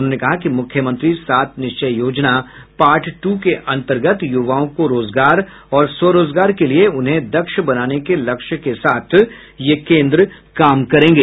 उन्होंने कहा कि मुख्यमंत्री सात निश्चय योजना पार्ट टू के अंतर्गत युवाओं को रोजगार और स्वरोजगार के लिये उन्हें दक्ष बनाने के लक्ष्य साथ ये केन्द्र काम करेंगे